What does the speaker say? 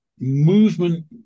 movement